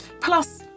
plus